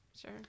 Sure